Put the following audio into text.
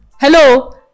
hello